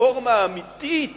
רפורמה אמיתית